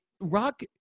rock